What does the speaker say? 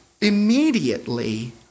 immediately